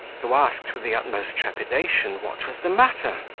who asked, with the utmost trepidation, what was the matter?